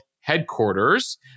headquarters